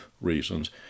reasons